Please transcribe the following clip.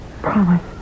promise